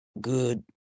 good